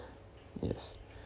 yes